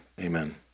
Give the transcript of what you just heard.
amen